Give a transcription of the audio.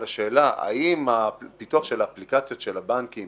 השאלה האם הפיתוח של האפליקציות של הבנקים